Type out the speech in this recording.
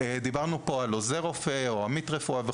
דיברנו פה על האם לקרוא למקצוע עוזר רופא או עמית רופא.